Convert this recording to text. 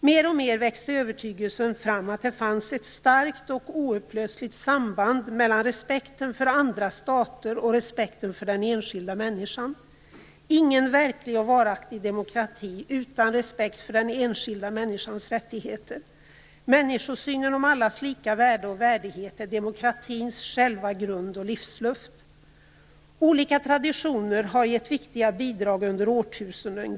Mer och mer växte övertygelsen fram att det fanns ett starkt och oupplösligt samband mellan respekten för andra stater och respekten för den enskilda människan. Ingen verklig och varaktig demokrati finns utan respekt för den enskilda människans rättigheter. Människosynen om allas lika värde och värdighet är demokratins själva grund och livsluft. Olika traditioner har gett viktiga bidrag under årtusenden.